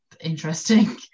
interesting